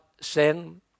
Sin